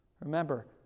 Remember